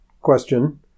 question